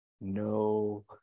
No